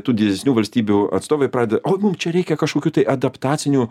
tų didesnių valstybių atstovai pradeda o mum čia reikia kažkokių tai adaptacinių